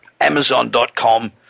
Amazon.com